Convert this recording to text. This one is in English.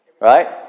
Right